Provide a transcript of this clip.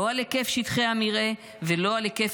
לא על היקף שטחי המרעה ולא על היקף